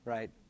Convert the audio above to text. Right